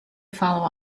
follow